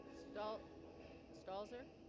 stop stalls er